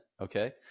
Okay